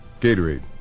Gatorade